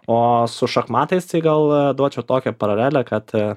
o su šachmatais tai gal duočiau tokią paralelę kad